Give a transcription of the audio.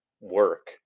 work